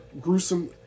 gruesome